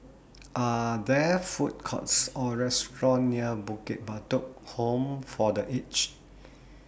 Are There Food Courts Or Restaurant near Bukit Batok Home For The Aged